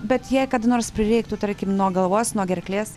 bet jei kada nors prireiktų tarkim nuo galvos nuo gerklės